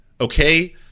okay